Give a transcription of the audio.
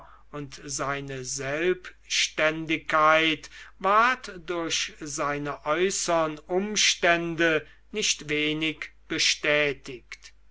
und seine selbständigkeit ward durch seine äußern umstände nicht wenig bestätigt